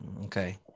Okay